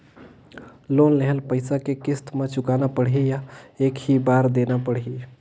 Loan लेहल पइसा के किस्त म चुकाना पढ़ही या एक ही बार देना पढ़ही?